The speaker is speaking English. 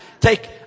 take